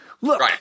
Look